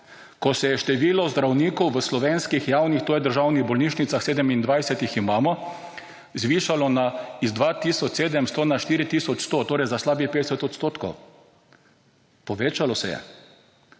ko se je število zdravnikov v slovenskih javnih to je državnih bolnišnicah – 27 jih imamo – zvišalo iz 2700 na 4100 torej za slabih 50 odstotkov, povečalo se je.